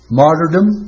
martyrdom